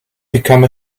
become